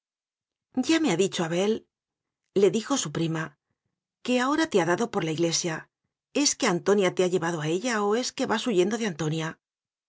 ya me ha dicho abelle dijo su prima que ahora te ha dado por la iglesia es que antonia te ha llevado a ella o es que vas huyendo de antonia